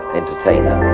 entertainer